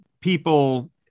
people